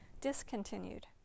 discontinued